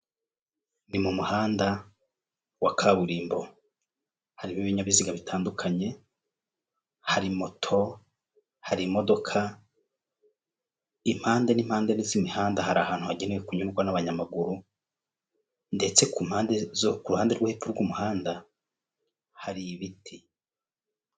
Ni mu muhanda wa kaburimbo, harimo ibinyabiziga bitandukanye, hari moto, hari imodoka, impande n'impande z'imihanda hari ahantu hagenewe kunyurwa n'abanyamaguru, ndetse ku mpande zo ku ruhande rwo hepfo rw'umuhanda hari ibiti.